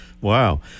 Wow